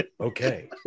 Okay